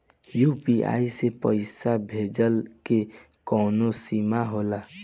UPI से पईसा भेजल के कौनो सीमा होला?